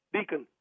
Deacon